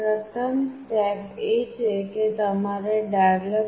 પ્રથમ સ્ટેપ એ છે કે તમારે developer